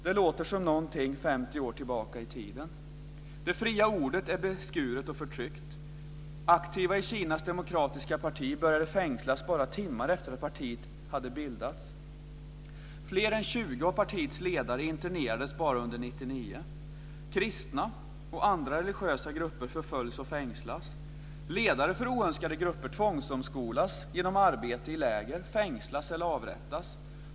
Det låter som någonting 50 år tillbaka i tiden. Det fria ordet är beskuret och förtryckt. Aktiva i Kinas demokratiska parti började fängslas bara timmar efter det att partiet hade bildats. Fler än 20 av partiets ledare internerades bara under 1999. Kristna och andra religiösa grupper förföljs och fängslas. Ledare för oönskade grupper tvångsomskolas genom arbete i läger, fängslas eller avrättas.